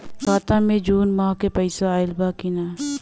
खाता मे जून माह क पैसा आईल बा की ना?